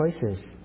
choices